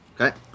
Okay